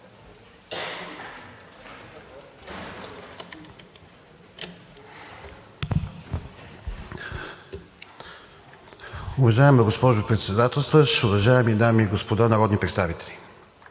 Уважаема госпожо Председателстващ, уважаеми дами и господа народни представители!